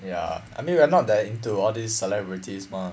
ya I mean we're not that into all these celebrities mah